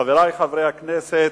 חברי חברי הכנסת,